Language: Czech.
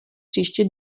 příště